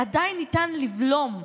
עדיין ניתן לבלום,